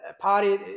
party